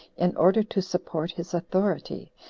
in order to support his authority,